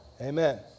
Amen